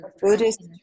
Buddhist